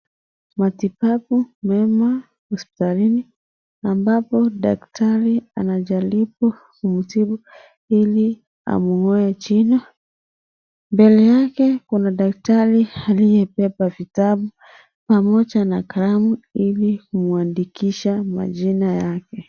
Matibabu mema hospitalini ambapo daktari anajaribu kutibu ili amng'oe jino, mbele yake kuna daktari aliyebeba vitabu pamoja na kalamu ili kumwandikisha majina yake.